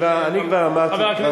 אני כבר אמרתי,